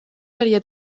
seria